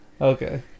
okay